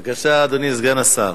בבקשה, אדוני סגן השר.